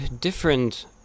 different